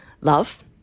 love